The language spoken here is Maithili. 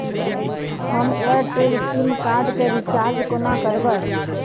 हम एयरटेल सिम कार्ड केँ रिचार्ज कोना करबै?